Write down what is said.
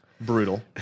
brutal